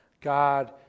God